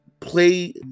play